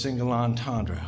single entendre